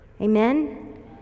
Amen